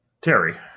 Terry